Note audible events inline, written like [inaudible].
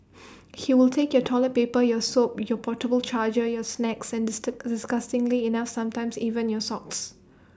[noise] he will take your toilet paper your soap your portable charger your snacks and [unintelligible] disgustingly enough sometimes even your socks